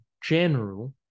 general